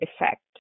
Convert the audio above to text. effect